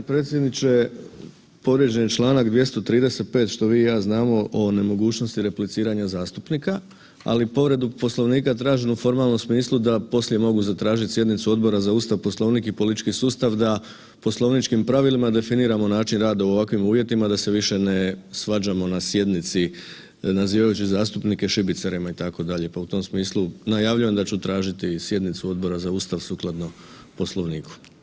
g. Predsjedniče, povrijeđen je čl. 235. što vi i ja znamo o nemogućnosti repliciranja zastupnika, ali povredu Poslovnika tražim u formalnom smislu da poslije mogu zatražit sjednicu Odbora za Ustav, Poslovnik i politički sustav da poslovničkim pravilima definiramo način rada u ovakvim uvjetima da se više ne svađamo na sjednici nazivajući zastupnike šibicarima itd., pa u tom smislu najavljujem da ću tražiti i sjednicu Odbora za Ustav sukladno Poslovniku.